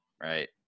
Right